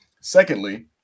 Secondly